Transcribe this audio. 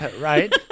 right